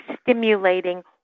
stimulating